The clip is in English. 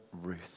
Ruth